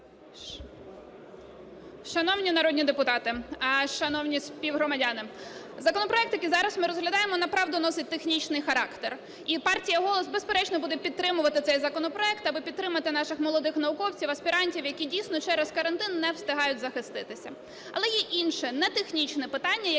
Шановні народні депутати, шановні співгромадяни, законопроект, який зараз ми розглядаємо, направду, носить технічних характер. І партія "Голос", безперечно, буде підтримувати цей законопроект, аби підтримати наших молодих науковців, аспірантів, які, дійсно, через карантин не встигають захиститися. Але є інше, не технічне питання,